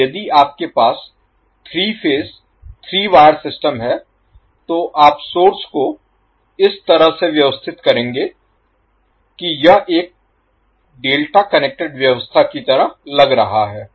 अब यदि आपके पास 3 फेज 3 वायर सिस्टम है तो आप सोर्स को इस तरह से व्यवस्थित करेंगे कि यह एक डेल्टा कनेक्टेड व्यवस्था की तरह लग रहा है